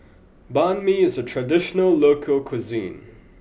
Banh Mi is a traditional local cuisine